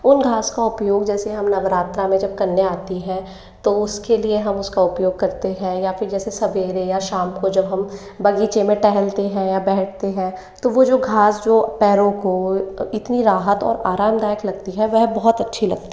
उन घास का उपयोग जैसे हम नवरात्रि में जब कन्या आती हैं तो उसके लिए हम उसका उपयोग करते हैं या फिर जैसे सवेरे या शाम को जब हम बगीचे में टहलते हैं या बैठते हैं तो वो जो घास जो पैरों को इतनी राहत और आरामदायक लगती है वह बहुत अच्छी लगती